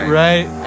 right